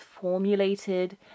formulated